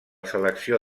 selecció